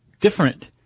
different